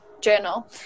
journal